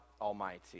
Almighty